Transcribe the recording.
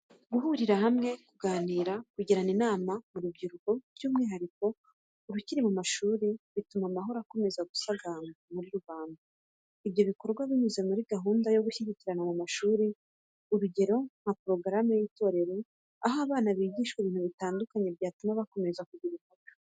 Guhurira hamwe, kuganira, kugirana inama mu rubyiruko, by'umwihariko urukiri mu mashuri, bituma amahoro akomeza gusagamba muri rubanda. Ibyo bikorwa binyuze muri gahunda zo gushyikirana mu mashuri urugero nka porogaramu y'itorero, aho abana bigishwa ibintu bitandukanye byatuma bakomeza kugira umuco.